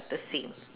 the same